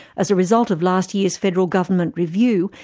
as a result of last year's federal government review,